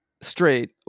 straight